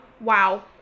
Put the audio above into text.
wow